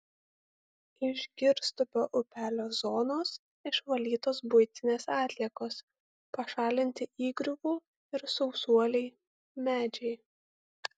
iš girstupio upelio zonos išvalytos buitinės atliekos pašalinti įgriuvų ir sausuoliai medžiai